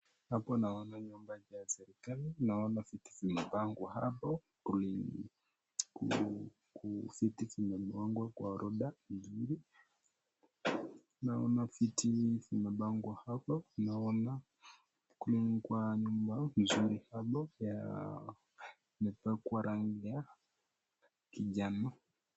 Hapa naona nyumba ya serikali. Naona viti vimepangwa hapo kulingana. Viti vimepangwa kwa orodha nzuri. Naona viti vimepangwa hapo. Naona kwa nyumba mzuri hapo ya imepakwa rangi ya kijani.